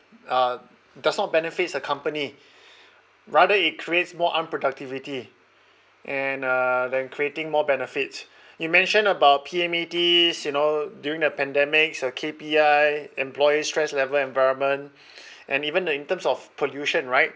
uh does not benefits a company rather it creates more unproductivity and uh than creating more benefits you mention about P_M_E_Ts you know during the pandemics your K_P_I employees stress level environment and even the in terms of pollution right